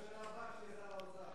בממשלה הבאה כשתהיה שר האוצר.